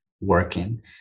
working